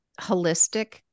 holistic